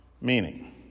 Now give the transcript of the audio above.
meaning